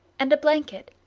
and a blanket,